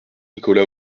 nicolas